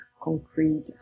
concrete